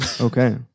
Okay